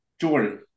Jordan